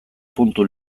puntu